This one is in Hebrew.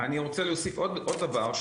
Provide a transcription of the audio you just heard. אני רוצה להוסיף עוד דבר,